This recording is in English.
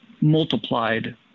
multiplied